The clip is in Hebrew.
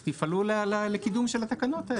אז תפעלו לקידום התקנות האלה.